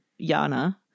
Yana